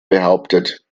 behauptet